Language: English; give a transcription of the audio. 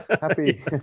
happy